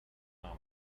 comma